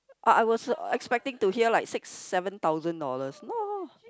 I I was expecting to hear like six seven thousand dollars no